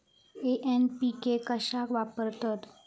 NPK कशाक वापरतत?